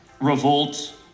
revolt